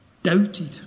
doubted